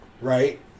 Right